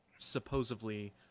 supposedly